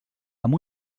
amb